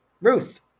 Ruth